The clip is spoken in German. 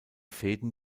fäden